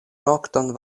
nokton